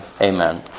amen